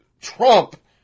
Trump